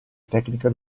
tecnica